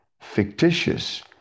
fictitious